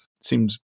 Seems